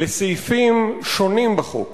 לסעיפים שונים בחוק